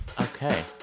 okay